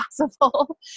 possible